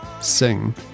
Sing